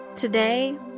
Today